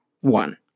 one